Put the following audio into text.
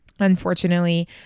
Unfortunately